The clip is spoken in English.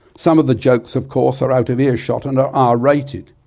some of the jokes of course are out of earshot and are r rated.